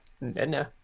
no